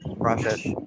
process